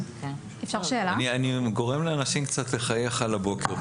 אני גורם לאנשים קצת לחייך על הבוקר.